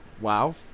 Wow